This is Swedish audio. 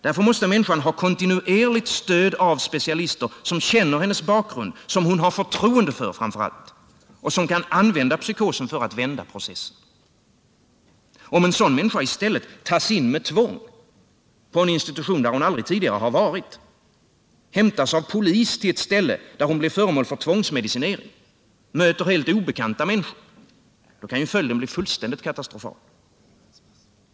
Därför måste människan ha kontinuerligt stöd av specialister som känner hennes bakgrund, som hon framför allt har förtroende för och som kan använda psykosen för att vända processen. Om en sådan människa i stället tas in med tvång på en institution där hon aldrig tidigare har varit, hämtas av polis till ett ställe där hon blir föremål för tvångsmedicinering och möter helt obekanta människor kan ju följden bli fullständigt katastrofal.